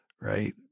right